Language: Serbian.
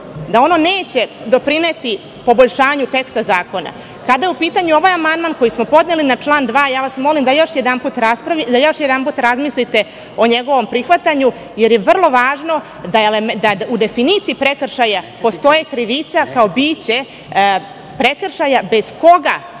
da ono neće doprineti poboljšanju teksta zakona. Kada je u pitanju ovaj amandman koji smo podneli na član 2, molim vas da još jednom razmislite o njegovom prihvatanju, jer je vrlo važno da u definiciji prekršaja postoji krivica, kao biće prekršaja bez koga